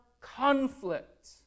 conflict